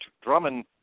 Drummond